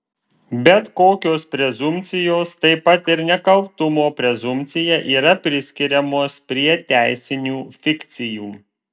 bet kokios prezumpcijos taip pat ir nekaltumo prezumpcija yra priskiriamos prie teisinių fikcijų